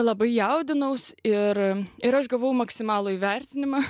labai jaudinausi ir ir aš gavau maksimalų įvertinimą